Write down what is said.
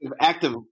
active